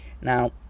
Now